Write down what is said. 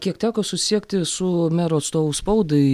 kiek teko susisiekti su mero atstovu spaudai